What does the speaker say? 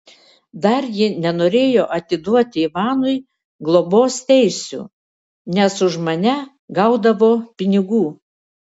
dar ji nenorėjo atiduoti ivanui globos teisių nes už mane gaudavo pinigų